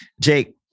Jake